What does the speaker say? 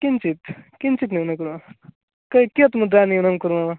किञ्चित् किञ्चित् न्यूनकु क कियत् मुद्रां न्यूनं कुर्मः